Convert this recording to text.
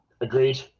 Agreed